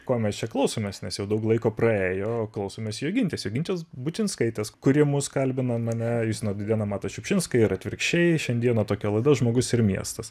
ko mes čia klausomės nes jau daug laiko praėjo klausomės jogintės jogintės bučinskaitės kuri mus kalbina mane justiną dūdėną matą šiupšinską ir atvirkščiai šiandieną tokia laida žmogus ir miestas